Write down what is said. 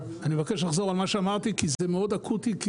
מבקש לחזור על מה שאמרתי כי זה מאוד אקוטי,